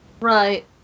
Right